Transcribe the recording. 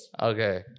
Okay